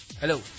Hello